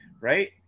right